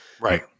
Right